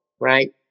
right